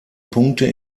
punkte